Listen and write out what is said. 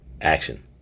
Action